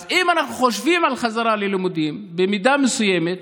אז אם אנחנו חושבים על חזרה ללימודים במידה מסוימת,